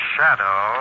Shadow